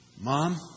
Mom